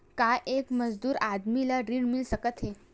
का एक मजदूर आदमी ल ऋण मिल सकथे?